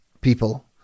people